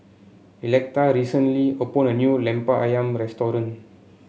Electa recently opened a new Lemper ayam restaurant